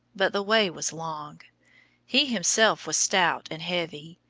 but the way was long he himself was stout and heavy.